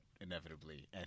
inevitably